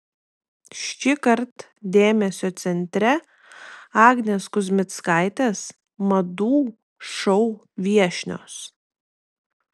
šįkart dėmesio centre agnės kuzmickaitės madų šou viešnios